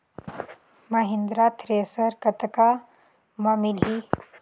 Mahindra thresher कतका म मिलही?